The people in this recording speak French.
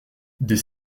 des